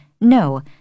no—